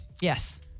Yes